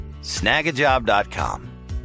Snagajob.com